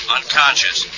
Unconscious